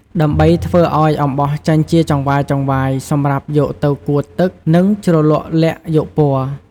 ដើម្បីធ្វើឲ្យអំបោះចេញជាចង្វាយៗសម្រាប់យកទៅកួតទឹកនិងជ្រលក់ល័ក្តយកពណ៏។